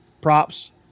props